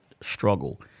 struggle